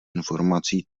informací